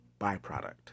byproduct